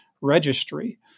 registry